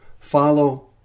follow